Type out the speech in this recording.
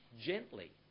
gently